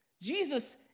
Jesus